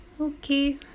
okay